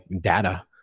data